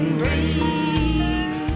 ring